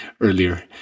earlier